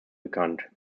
bekannt